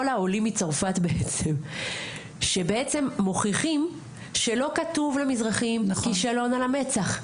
העולים מצרפת בעצם שבעצם מוכיחים שלא כתוב למזרחים כישלון על המצח,